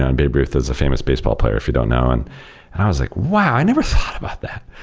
ah and babe ruth is a famous baseball player, if you don't know. and and i was like, wow! i never thought about that.